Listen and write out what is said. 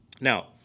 Now